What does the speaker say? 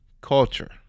culture